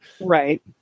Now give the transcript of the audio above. right